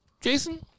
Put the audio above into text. Jason